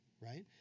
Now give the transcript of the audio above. right